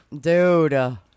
Dude